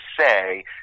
say